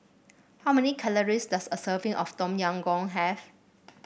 how many calories does a serving of Tom Yam Goong have